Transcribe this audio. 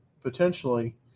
potentially